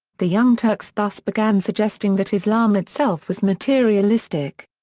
the young turks thus began suggesting that islam itself was materialistic.